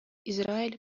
израиль